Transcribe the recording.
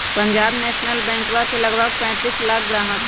Punjab national बैंकवा के लगभग सैंतीस लाख ग्राहक हई